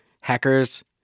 Hackers